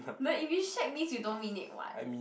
no if you shag means you don't mean it [what]